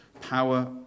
power